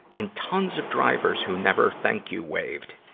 and tons of drivers who never thank-you waved.